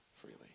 freely